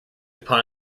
upon